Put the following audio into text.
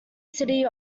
city